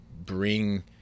bring